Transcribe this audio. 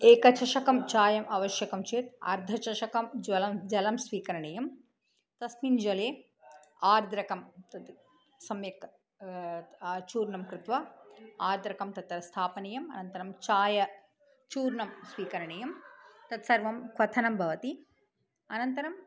एक चषकं चायम् आवश्यकं चेत् अर्धचषकं जलं जलं स्वीकरणीयं तस्मिन् जले आर्द्रकं तद् सम्यक् चूर्णं कृत्वा आर्द्रकं तत्र स्थापनीयम् अन्नतरं चायचूर्णं स्वीकरणीयं तत्सर्वं क्वथनं भवति अनन्तरम्